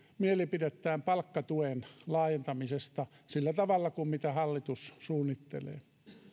mielipidettään palkkatuen laajentamisesta sillä tavalla kuin mitä hallitus suunnittelee